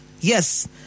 yes